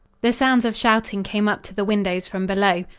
the sounds of shouting came up to the windows from below.